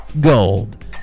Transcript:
Gold